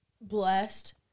blessed